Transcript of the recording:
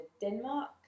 Denmark